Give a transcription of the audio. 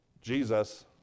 jesus